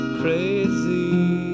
crazy